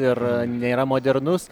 ir nėra modernus